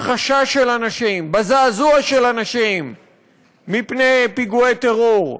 בחשש של אנשים, בזעזוע של אנשים מפני פיגועי טרור.